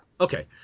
Okay